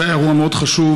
זה היה אירוע מאוד חשוב,